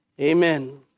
amen